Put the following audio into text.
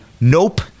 nope